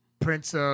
Prince